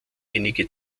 einige